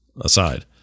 aside